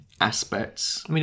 aspects